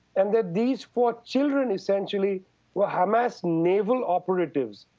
and that these four children essentially were hamas naval operatives.